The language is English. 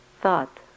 thought